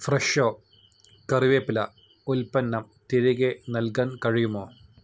ഫ്രെഷോ കറിവേപ്പില ഉൽപ്പന്നം തിരികെ നൽകാൻ കഴിയുമോ